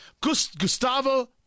Gustavo